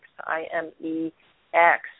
I-M-E-X